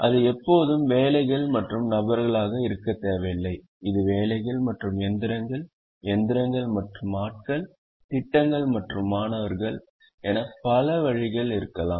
அது எப்போதும் வேலைகள் மற்றும் நபர்களாக இருக்க தேவையில்லை இது வேலைகள் மற்றும் இயந்திரங்கள் இயந்திரங்கள் மற்றும் ஆட்கள் திட்டங்கள் மற்றும் மாணவர்கள் பல வழிகளில் இருக்கலாம்